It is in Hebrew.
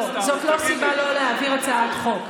לא, זאת לא סיבה לא להעביר הצעת חוק.